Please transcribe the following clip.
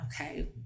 Okay